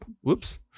Whoops